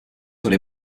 would